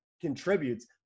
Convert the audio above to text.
contributes